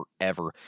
forever